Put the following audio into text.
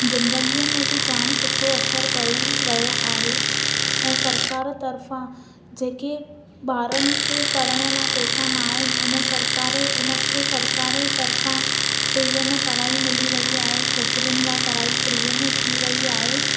ज़िंदगी में बि जाम सुठो असर पई वियो आहे ऐं सरकारु तरफ़ा जेके ॿारनि खे पढ़ण लाइ पेसा न आहे उन सरकारु हुनखे सरकार जे तरफ़ा फ्रीअ में पढ़ाई मिली वई आहे छोकिरियुनि लाइ फ्रीअ में थी वई आहे